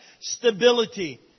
Stability